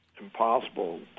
impossible